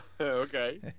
Okay